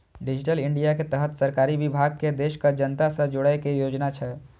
digital India के तहत सरकारी विभाग कें देशक जनता सं जोड़ै के योजना छै